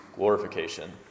glorification